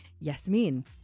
Yasmin